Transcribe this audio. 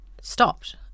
stopped